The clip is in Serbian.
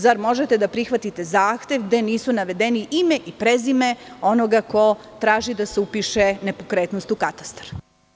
Zar možete da prihvatite zahtev gde nisu navedeni ime i prezime onoga ko traži da se upiše nepokretnost u katastar?